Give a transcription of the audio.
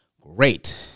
Great